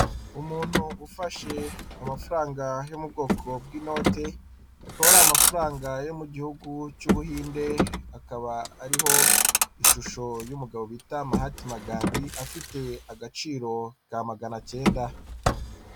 Umuntu ufashe amafaranga yo mu bwoko bw'inote akaba ari amafaranga yo mu gihugu cy'Ubuhinde, akaba ariho ishusho y'umugabo bita Mahatma Gandhi afite agaciro ka magana cyenda.